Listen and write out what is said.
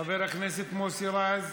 חבר הכנסת מוסי רז.